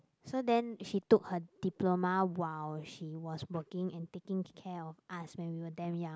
so then she took her diploma while she was working and taking care of us when we were damn young